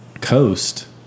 coast